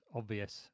obvious